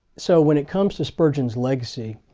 so when it comes to spurgeon's legacy,